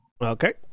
Okay